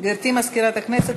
גברתי מזכירת הכנסת,